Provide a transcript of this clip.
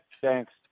thanks